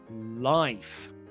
life